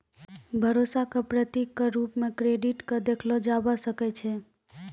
भरोसा क प्रतीक क रूप म क्रेडिट क देखलो जाबअ सकै छै